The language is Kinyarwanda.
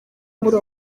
muri